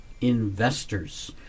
investors